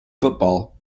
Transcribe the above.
football